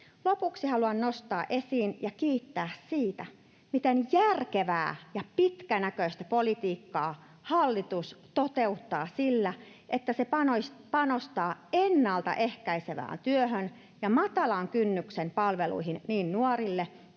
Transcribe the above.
Lopuksi haluan nostaa esiin ja kiittää siitä, miten järkevää ja pitkänäköistä politiikkaa hallitus toteuttaa sillä, että se panostaa ennaltaehkäisevään työhön ja matalan kynnyksen palveluihin niin nuorille,